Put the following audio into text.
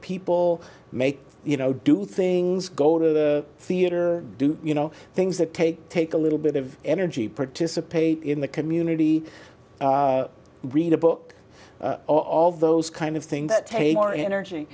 people make you know do things go to the theatre do you know things that take take a little bit of energy participate in the community read a book all those kind of things take more energy